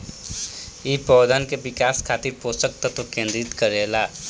इ पौधन के विकास खातिर पोषक तत्व केंद्रित करे ला